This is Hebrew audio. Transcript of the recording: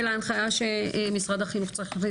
להנחיה שמשרד החינוך צריך.